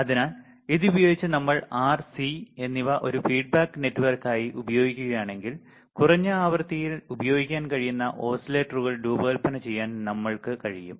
അതിനാൽ ഇത് ഉപയോഗിച്ച് നമ്മൾ R C എന്നിവ ഒരു ഫീഡ്ബാക്ക് നെറ്റ്വർക്കായി ഉപയോഗിക്കുകയാണെങ്കിൽ കുറഞ്ഞ ആവൃത്തിയിൽ ഉപയോഗിക്കാൻ കഴിയുന്ന ഓസിലേറ്ററുകൾ രൂപകൽപ്പന ചെയ്യാൻ നമ്മൾക്ക് കഴിയും